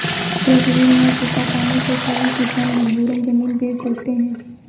कृषि ऋण न चुका पाने के कारण किसान मजबूरन जमीन बेच देते हैं